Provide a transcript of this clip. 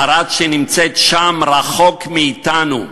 ערד שנמצאת שם, רחוק מאתנו,